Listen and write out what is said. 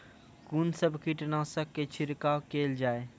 कून सब कीटनासक के छिड़काव केल जाय?